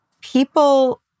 people